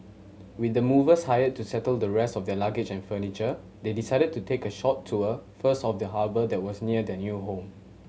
with the movers hired to settle the rest of their luggage and furniture they decided to take a short tour first of the harbour that was near their new home